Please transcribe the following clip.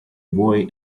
boy